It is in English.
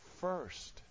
first